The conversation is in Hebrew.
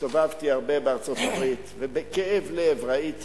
הסתובבתי הרבה בארצות-הברית, ובכאב לב ראיתי